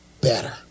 better